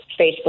Facebook